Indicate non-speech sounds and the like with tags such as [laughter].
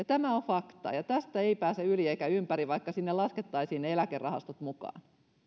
[unintelligible] tämä on fakta ja tästä ei pääse yli eikä ympäri vaikka sinne laskettaisiin ne eläkerahastot mukaan